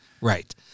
Right